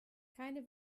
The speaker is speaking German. keine